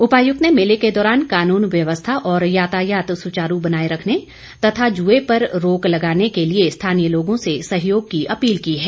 उपायुक्त ने मेले के दौरान कानून व्यवस्था और यातायात सुचारू बनाए रखने तथा जुए पर रोक लगाने के लिए स्थानीय लोगों से सहयोग की अपील की है